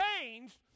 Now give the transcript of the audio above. changed